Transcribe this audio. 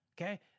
Okay